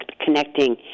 connecting